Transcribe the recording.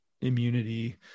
immunity